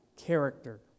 character